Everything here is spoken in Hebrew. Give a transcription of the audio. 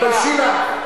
תתביישי לך.